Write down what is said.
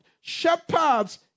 Shepherds